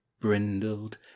brindled